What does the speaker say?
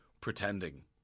pretending